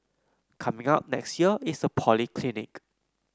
coming up next year is a polyclinic